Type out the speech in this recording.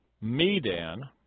Medan